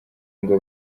ngo